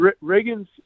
Reagan's